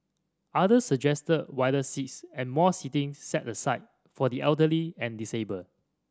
others suggested wider seats and more seating set aside for the elderly and disabled